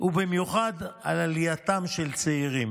ובמיוחד על עלייתם של צעירים.